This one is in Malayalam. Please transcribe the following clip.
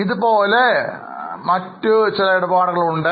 ഇതുപോലെ വേറെയും ഇടപാടുകൾ ഉണ്ട്